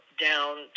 down